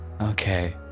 okay